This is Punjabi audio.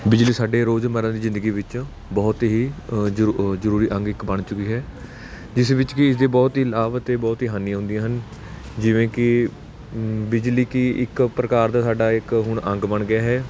ਬਿਜਲੀ ਸਾਡੇ ਰੋਜ਼ਮਰਾ ਦੀ ਜ਼ਿੰਦਗੀ ਵਿੱਚ ਬਹੁਤ ਹੀ ਜਰ ਅ ਜ਼ਰੂਰੀ ਅੰਗ ਇੱਕ ਬਣ ਚੁੱਕੀ ਹੈ ਜਿਸ ਵਿੱਚ ਕਿ ਇਸਦੇ ਬਹੁਤ ਹੀ ਲਾਭ ਅਤੇ ਬਹੁਤ ਹੀ ਹਾਨੀਆਂ ਹੁੰਦੀਆਂ ਹਨ ਜਿਵੇਂ ਕਿ ਬਿਜਲੀ ਕੀ ਇੱਕ ਪ੍ਰਕਾਰ ਦਾ ਸਾਡਾ ਇੱਕ ਹੁਣ ਅੰਗ ਬਣ ਗਿਆ ਹੈ